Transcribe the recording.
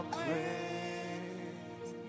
praise